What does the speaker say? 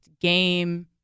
game